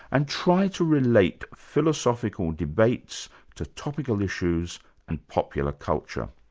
and try to relate philosophical debates to topical issues and popular culture?